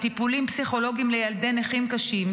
טיפולים פסיכולוגיים לילדי נכים קשים,